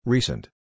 Recent